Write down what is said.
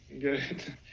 good